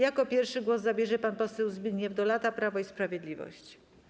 Jako pierwszy głos zabierze pan poseł Zbigniew Dolata, Prawo i Sprawiedliwość.